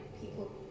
people